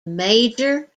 major